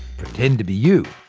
pretend to be you,